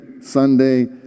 Sunday